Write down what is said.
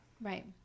Right